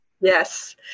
Yes